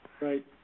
Right